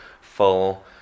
full